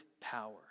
power